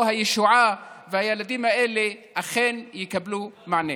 הישועה והילדים האלה אכן יקבלו מענה.